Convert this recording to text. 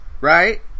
Right